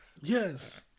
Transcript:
Yes